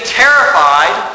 terrified